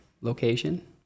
location